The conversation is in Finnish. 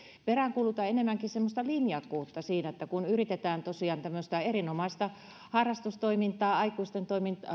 peräänkuulutan enemmänkin semmoista linjakkuutta siinä että kun yritetään tosiaan tämmöistä erinomaista harrastustoimintaa aikuisten